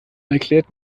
erklärt